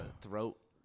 throat